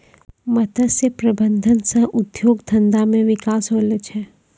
मत्स्य प्रबंधन सह उद्योग धंधा मे बिकास होलो छै